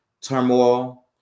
turmoil